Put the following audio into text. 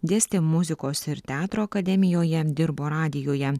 dėstė muzikos ir teatro akademijoje dirbo radijuje